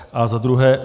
A za druhé.